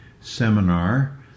seminar